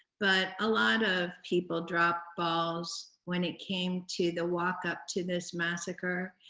but a lot of people dropped balls when it came to the walk up to this massacre.